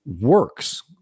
Works